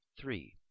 three